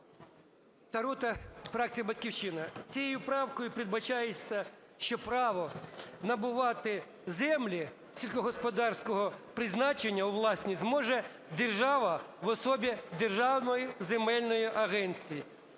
Тарута, фракція "Батьківщина". Цією правкою передбачається, що право набувати землі сільськогосподарського призначення у власність зможе держава в особі державної земельної агенції.